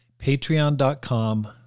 patreon.com